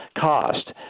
cost